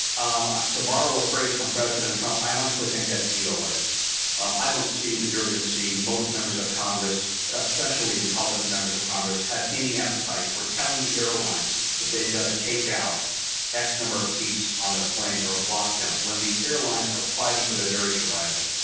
um um to borrow a phrase from president trump, i honestly think that's doa. um i don't see that you're gonna see most members of congress, especially republican members of congress have any appetite for telling the airlines that they've gotta take out x number of seats on their planes or block them, when these airlines are fighting for their very survival.